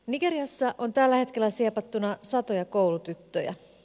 nigeriassa on tällä hetkellä siepattuna satoja koulutyttöjä